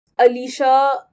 Alicia